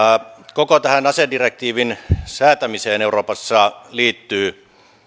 koko tähän asedirektiivin säätämiseen euroopassa liittyy